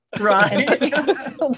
Right